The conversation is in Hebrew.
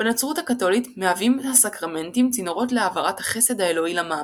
בנצרות הקתולית מהווים הסקרמנטים צינורות להעברת החסד האלוהי למאמין.